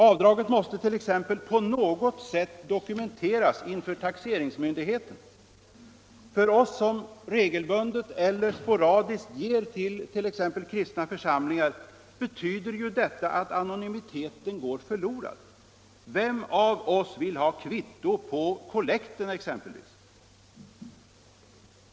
Avdraget måste t.ex. på något sätt dokumenteras inför taxeringsmyndigheten. För oss som regelbundet eller sporadiskt ger exempelvis till kristna församlingar betyder ju detta att anonymiteten går förlorad. Vem av oss vill t.ex. ha kvitto på kollekten?